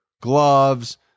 gloves